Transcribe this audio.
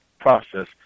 process